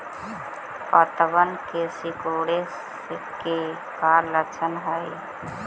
पत्तबन के सिकुड़े के का लक्षण हई?